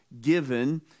given